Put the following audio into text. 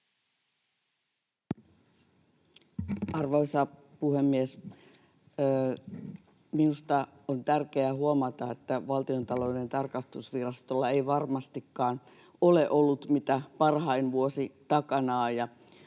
Arvoisa puhemies! Minusta on tärkeää huomata, että Valtionta-louden tarkastusvirastolla ei varmastikaan ole ollut mitä parhain vuosi takanaan,